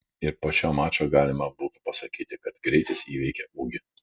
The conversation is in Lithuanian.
ir po šio mačo galima būtų pasakyti kad greitis įveikė ūgį